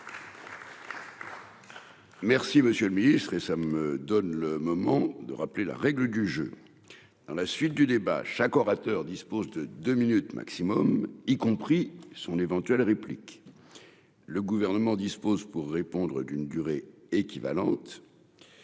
Merci monsieur le ministre, et ça me donne le moment de rappeler la règle du jeu dans la suite du débat chaque orateur dispose de deux minutes maximum, y compris son éventuelle réplique le gouvernement dispose pour répondre d'une durée équivalente,